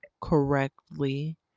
correctly